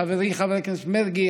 חברי חבר הכנסת מרגי,